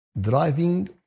driving